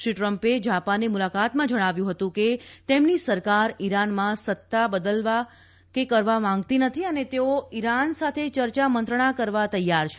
શ્રી ટ્રમ્પે જાપાનની મુલાકાતમાં જણાવ્યું ફતું કે તેમની સરકાર ઈરાનમાં સત્તા બદલ કરવા માગતી નથી અને તેઓ ઈરાન સાથે ચર્ચા મંત્રણા કરવા તૈયાર છે